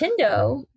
Nintendo-